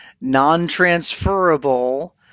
non-transferable